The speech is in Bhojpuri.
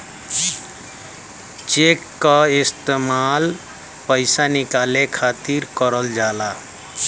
चेक क इस्तेमाल पइसा निकाले खातिर करल जाला